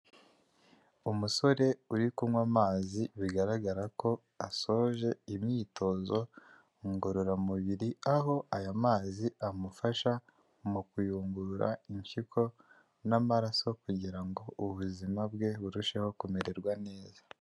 Umusore uri kunywa amazi bigaragara ko asoje imyitozo ngororamubiri, aho aya mazi amufasha mu kuyungurura impyiko n'amaraso kugira ngo ubuzima bwe burusheho kumererwa neza.